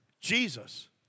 Jesus